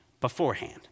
beforehand